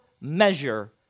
measure